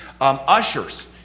Ushers